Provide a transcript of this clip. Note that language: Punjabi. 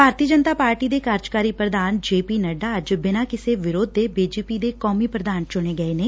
ਭਾਰਤੀ ਜਨਤਾ ਪਾਰਟੀ ਦੇ ਕਾਰਜਕਾਰੀ ਪ੍ਰਧਾਨ ਜੇ ਪੀ ਨੱਡਾ ਅੱਜ ਬਿਨ੍ਹਾਂ ਕਿਸੇ ਵਿਰੋਧ ਦੇ ਬੀਜੇਪੀ ਦੇ ਕੌਮੀ ਪ੍ਰਧਾਨ ਚੁਣੇ ਗਏ ਨੇ